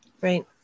Right